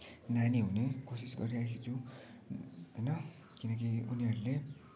नानी हुने कोसिस गरिराखेको छु होइन किनकि उनीहरूले